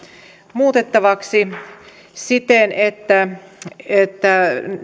muutettavaksi siten että että